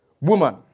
Woman